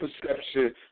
perception